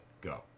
Go